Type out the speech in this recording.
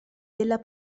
della